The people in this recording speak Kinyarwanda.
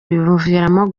bimuviramo